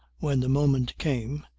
when the moment came,